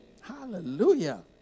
Hallelujah